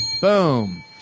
Boom